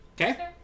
okay